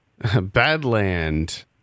Badland